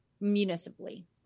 municipally